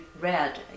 red